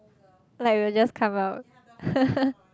like will just come out